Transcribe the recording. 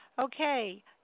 Okay